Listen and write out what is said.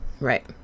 Right